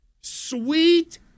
Sweet